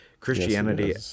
Christianity